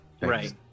right